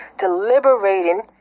Deliberating